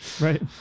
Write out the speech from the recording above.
right